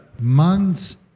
months